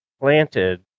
planted